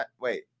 Wait